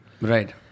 Right